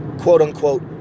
quote-unquote